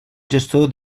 gestor